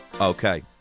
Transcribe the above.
okay